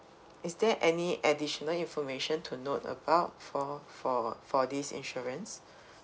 is there any additional information to note about for for for this insurance